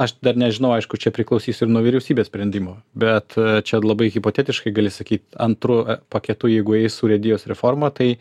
aš dar nežinau aišku čia priklausys ir nuo vyriausybės sprendimo bet čia labai hipotetiškai gali sakyt antru paketu jeigu eis urėdijos reforma tai